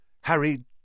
Harry